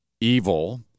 evil